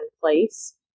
place